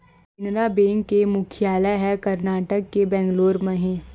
Canara bank के मुख्यालय ह करनाटक के बेंगलोर म हे